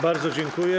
Bardzo dziękuję.